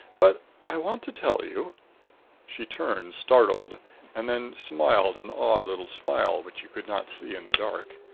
but i want to tell you she turned, startled and then smiled an odd little smile, which he could not see in the dark.